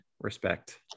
respect